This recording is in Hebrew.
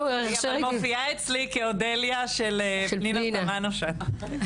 אבל אודליה מופיעה אצלי כאודליה של פנינה תמנו-שטה.